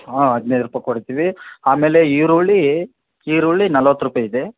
ಹಾಂ ಹದಿನೈದು ರೂಪಾಯಿ ಕೊಡ್ತೀವಿ ಆಮೇಲೆ ಈರುಳ್ಳಿ ಈರುಳ್ಳಿ ನಲ್ವತ್ತು ರೂಪಾಯಿ ಇದೆ